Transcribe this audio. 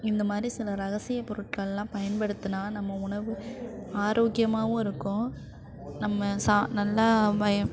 இந்த மாதிரி சில ரகசிய பொருட்களெலாம் பயன்படுத்தினால் நம் உணவு ஆரோக்கியமாக இருக்கும் நம்ம சா நல்லா வயி